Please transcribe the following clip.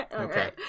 okay